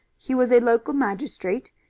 he was a local magistrate,